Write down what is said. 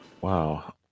Wow